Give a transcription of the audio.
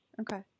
okay